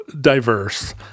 diverse